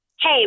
hey